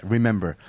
Remember